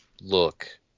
look